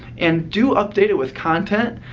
and do update it with content.